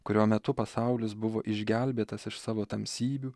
kurio metu pasaulis buvo išgelbėtas iš savo tamsybių